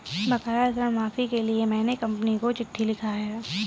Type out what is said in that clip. बकाया ऋण माफी के लिए मैने कंपनी को चिट्ठी लिखा है